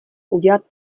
udělat